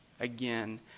again